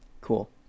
Cool